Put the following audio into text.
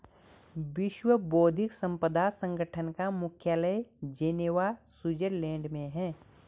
विश्व बौद्धिक संपदा संगठन का मुख्यालय जिनेवा स्विट्जरलैंड में है